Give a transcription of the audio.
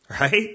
right